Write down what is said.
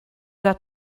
got